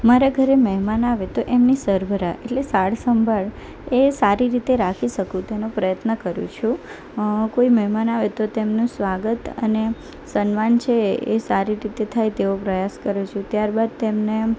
મારા ઘરે મહેમાન આવે તો એમની સરભરા એટલે સાર સંભાળ એ સારી રીતે રાખી શકું તેનો પ્રયત્ન કરું છું કોઈ મહેમાન આવે તો તેમનું સ્વાગત અને સન્માન છે એ સારી રીતે થાય તેવો પ્રયાસ કરું છું ત્યારબાદ તેમને